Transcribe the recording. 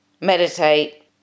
meditate